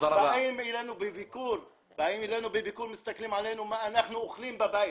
באים אלינו בביקור, מסתכלים מה אנחנו אוכלים בבית,